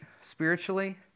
spiritually